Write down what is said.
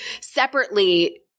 separately